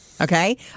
okay